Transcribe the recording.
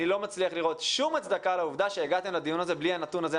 אני לא מצליח לראות כל הצדקה שהגעתם לדיון הזה בלי הנתון הזה.